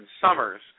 Summers